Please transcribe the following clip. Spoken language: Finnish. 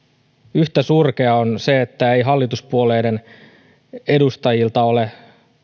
yhtä surkeaa on se että hallituspuolueiden edustajilta ei ole